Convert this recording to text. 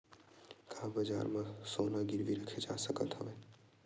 का बजार म सोना गिरवी रखे जा सकत हवय?